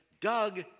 Doug